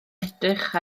edrych